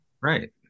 Right